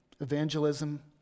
Evangelism